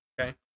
okay